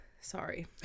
Sorry